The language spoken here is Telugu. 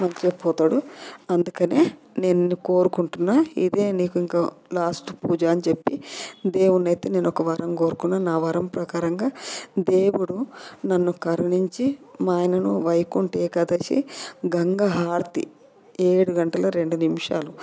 మంచిగా పోతాడు అందుకనే నేను కోరుకుంటున్నా ఇదే నీకు ఇంకా లాస్ట్ పూజ అని చెప్పి దేవున్ని అయితే నేనొక వరం కోరుకున్న నా వరం ప్రకారంగా దేవుడు నన్ను కరుణించి మా ఆయనను వైకుంఠ ఏకాదశి గంగ హారతి ఏడు గంటల రెండు నిమిషాలు